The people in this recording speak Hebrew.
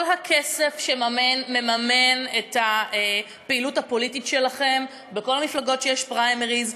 כל הכסף שמממן את הפעילות הפוליטית שלכם בכל המפלגות שיש בהן פריימריז,